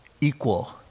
equal